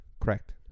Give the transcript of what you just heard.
Correct